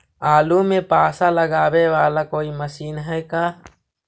आलू मे पासा लगाबे बाला कोइ मशीन है का?